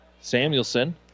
Samuelson